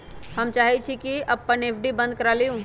हम चाहई छी कि अपन एफ.डी बंद करा लिउ